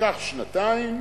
לקח שנתיים,